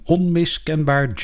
Onmiskenbaar